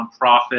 nonprofit